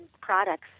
products